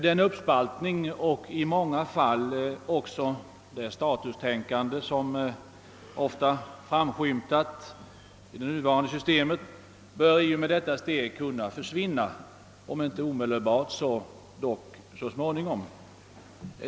Den uppspaltning och i många fall också det statustänkande som ofta framskymtat i samband med det nuvarande systemet bör i och med detta steg kunna försvinna, om inte omedelbart så dock så småningom.